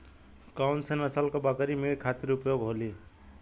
कौन से नसल क बकरी मीट खातिर उपयोग होली?